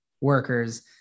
workers